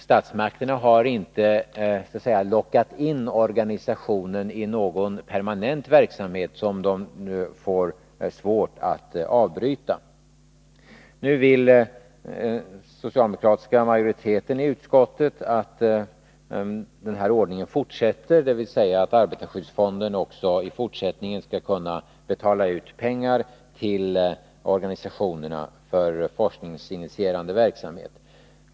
Statsmakterna har alltså inte så att säga lockat in organisationerna i någon permanent verksamhet som de nu får svårt att avbryta. Den socialdemokratiska majoriteten i utskottet vill att den nuvarande ordningen skall fortsätta, dvs. att arbetarskyddsfonden också i fortsättningen skall kunna betala ut pengar till organisationerna för forskningsinitierande verksamhet.